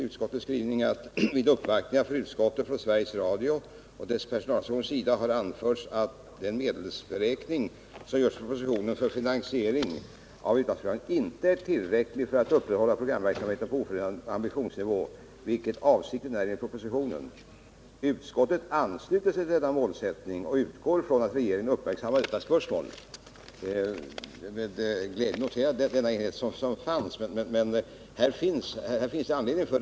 Utskottet skriver också: ” Vid uppvaktningar för utskottet från Sveriges Radios och dess personalorganisations sida har anförts att den medelsberäkning som görs i propositionen för finansiering av utlandsprogrammet inte är tillräcklig för att upprätthålla programverksamheten på oförändrad ambitionsnivå, vilket avsikten är enligt propositionen. Utskottet ansluter sig till denna målsättning och utgår från att regeringen uppmärksammar detta spörsmål.” Jag noterade med glädje den enighet som fanns i utskottet när vi nu begär en ökad aktivitet från regeringens sida.